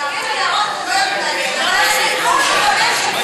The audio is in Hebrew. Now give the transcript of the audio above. לנערים ונערות אתם לא יודעים לתת,